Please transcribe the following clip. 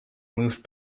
moved